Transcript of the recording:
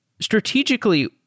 Strategically